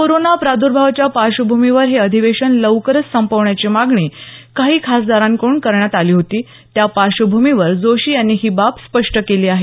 corona प्रादर्भावाच्या पार्श्वभूमीवर हे अधिवेशन लवकर संपवण्याची मागणी काही खासदारांकडून करण्यात आली होती त्या पार्श्वभूमीवर जोशी यांनी ही बाब स्पष्ट केली आहे